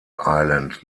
island